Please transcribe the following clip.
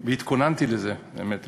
והתכוננתי לזה, האמת.